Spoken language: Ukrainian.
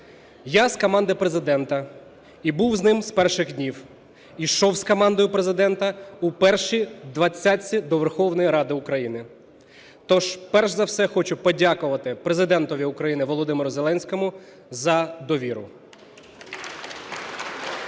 Я з команди Президента, і був з ним з перших днів. Йшов з командою Президента у першій двадцятці до Верховної Ради України. Тож перш за все хочу подякувати Президентові України Володимиру Зеленському за довіру.